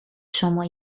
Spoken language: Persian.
شما